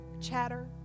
chatter